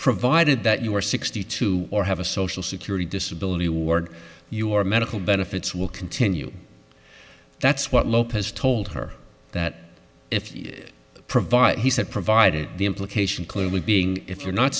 provided that you are sixty two or have a social security disability award your medical benefits will continue that's what lopez told her that if he'd provide he said provided the implication clearly being if you're not